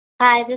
Hi